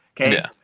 okay